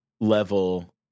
level